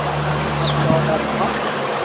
these might not be all that popular.